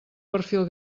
perfil